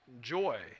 joy